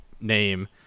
name